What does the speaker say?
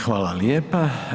Hvala lijepa.